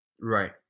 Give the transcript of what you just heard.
Right